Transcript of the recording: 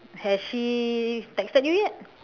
has she texted you yet